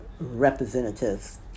representatives